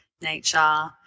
nature